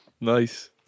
Nice